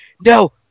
No